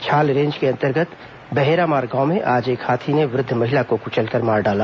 छाल रेंज के अंतर्गत बहेरामार गांव में आज एक हाथी ने वृद्ध महिला को क्चल कर मार डाला